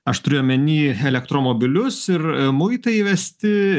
aš turiu omeny helektromobilius ir muitai įvesti